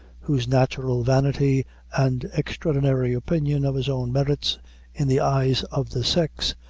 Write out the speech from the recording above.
whose natural vanity and extraordinary opinion of his own merits in the eyes of the sex,